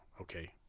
okay